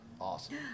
awesome